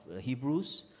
Hebrews